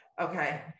Okay